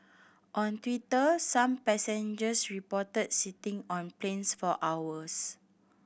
on Twitter some passengers reported sitting on planes for hours